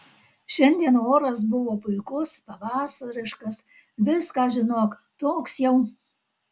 šiandien oras buvo puikus pavasariškas viską žinok toks jau